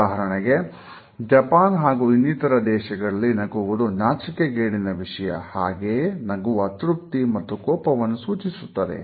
ಉದಾಹರಣೆಗೆ ಜಪಾನ್ ಹಾಗೂ ಇನ್ನಿತರ ದೇಶಗಳಲ್ಲಿ ನಗುವುದು ನಾಚಿಕೆಗೇಡಿನ ವಿಷಯ ಹಾಗೆಯೇ ನಗು ಅತೃಪ್ತಿ ಮತ್ತು ಕೋಪವನ್ನು ಸೂಚಿಸುತ್ತದೆ